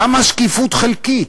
למה שקיפות חלקית?